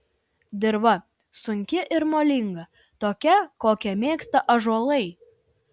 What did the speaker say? dirva sunki ir molinga tokia kokią mėgsta ąžuolai